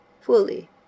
fully